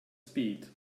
speed